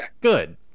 good